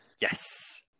yes